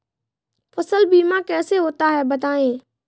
फसल बीमा कैसे होता है बताएँ?